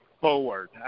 forward